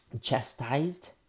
chastised